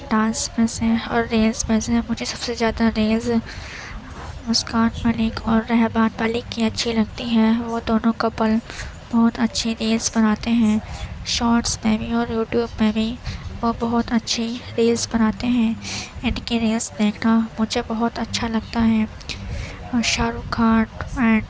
dance میں سے اور ریلس میں سے مجھے سب سے زیادہ ریلس مسکان ملک اور رحمان ملک کی اچھی لگتی ہیں وہ دونوں کپل بہت اچھی ریلس بناتے ہیں شارٹس میں بھی اور یوٹیوب میں بھی وہ بہت اچھی ریلس بناتے ہیں ان کی ریلس دیکھنا مجھے بہت اچھا لگتا ہے اور شاہ رخ خان اینڈ